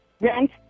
rent